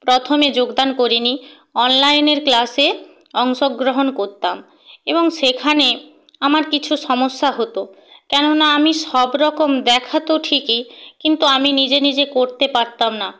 প্রথমে যোগদান করি নি অনলাইনের ক্লাসে অংশগ্রহণ করতাম এবং সেখানে আমার কিছু সমস্যা হতো কেননা আমি সব রকম দেখাতো ঠিকই কিন্তু আমি নিজে নিজে করতে পারতাম না